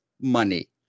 money